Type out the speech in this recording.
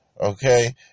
okay